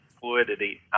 fluidity